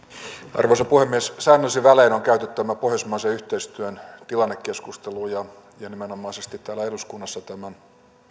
arvoisa puhemies säännöllisin välein on käyty tämä pohjoismaisen yhteistyön tilannekeskustelu ja ja nimenomaisesti täällä eduskunnassa tämän